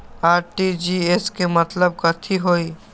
RTGS के मतलब कथी होइ?